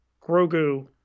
Grogu